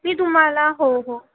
मी तुम्हाला हो हो